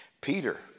Peter